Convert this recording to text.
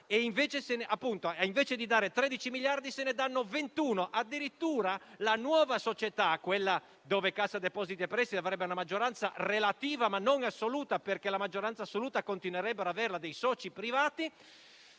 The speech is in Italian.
Invece di dare 13 miliardi, se ne danno 21. Addirittura la nuova società - quella nella quale Cassa depositi e prestiti avrebbe la maggioranza relativa ma non assoluta, perché la maggioranza assoluta continuerebbero ad averla dei soci privati